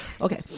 Okay